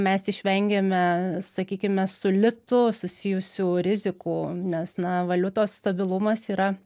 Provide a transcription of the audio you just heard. mes išvengėme sakykime su litu susijusių rizikų nes na valiutos stabilumas yra